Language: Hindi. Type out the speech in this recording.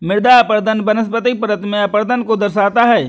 मृदा अपरदन वनस्पतिक परत में अपरदन को दर्शाता है